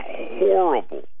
horrible